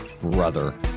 Brother